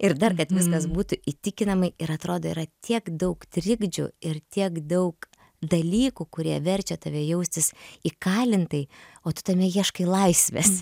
ir dar kad viskas būtų įtikinamai ir atrodo yra tiek daug trikdžių ir tiek daug dalykų kurie verčia tave jaustis įkalintai o tu tame ieškai laisvės